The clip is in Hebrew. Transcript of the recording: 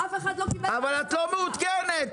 אבל את לא מעודכנת,